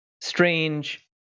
strange